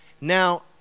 Now